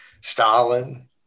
Stalin